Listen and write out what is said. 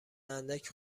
اندک